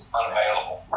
unavailable